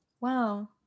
Wow